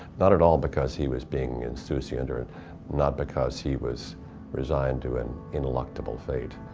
not at all because he was being insouciant or ah not because he was resigned to an ineluctable fate.